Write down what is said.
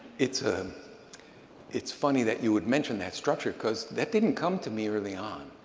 it's a it's funny that you would mention that structure, because that didn't come to me early on.